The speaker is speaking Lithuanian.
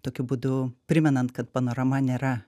tokiu būdu primenant kad panorama nėra